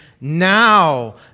Now